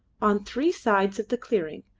on three sides of the clearing,